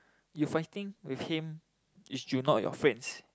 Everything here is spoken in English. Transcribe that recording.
you fighting with him if you not your friends